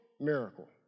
miracle